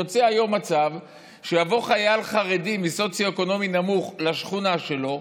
יוצא היום מצב שיבוא חייל חרדי מסוציו-אקונומי נמוך לשכונה שלו,